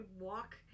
walk